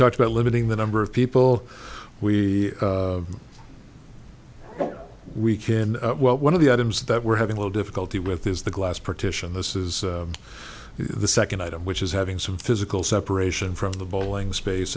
talk about limiting the number of people we we can one of the items that we're having little difficulty with is the glass partition this is the second item which is having some physical separation from the bowling space